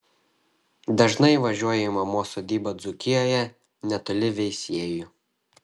dažnai važiuoja į mamos sodybą dzūkijoje netoli veisiejų